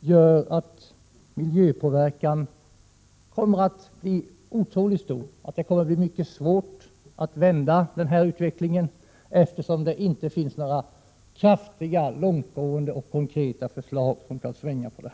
gör att miljöpåverkan blir otroligt stor. Det kommer att bli mycket svårt att vända den här utvecklingen, eftersom det inte finns några kraftiga, långtgående och konkreta förslag som kan medföra en omsvängning.